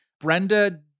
Brenda